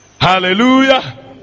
Hallelujah